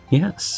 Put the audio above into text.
yes